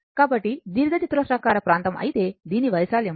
కాబట్టి దీర్ఘచతురస్రాకార ప్రాంతం అయితే దీని వైశాల్యము lxb